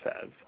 says